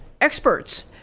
experts